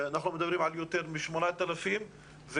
אנחנו מדברים על יותר מ-8,000 ילדים ובסיכום